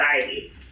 society